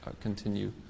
continue